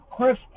Chris